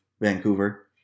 Vancouver